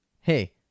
hey